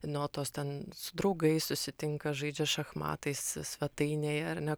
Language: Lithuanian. nuolatos ten su draugais susitinka žaidžia šachmatais svetainėje ar ne